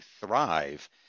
thrive